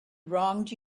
wronged